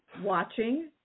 Watching